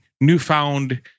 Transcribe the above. newfound